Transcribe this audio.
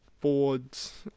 boards